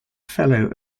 fellow